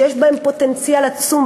שיש בהם פוטנציאל עצום,